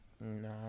no